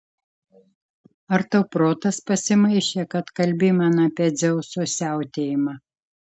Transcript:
ar tau protas pasimaišė kad kalbi man apie dzeuso siautėjimą